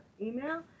email